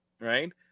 Right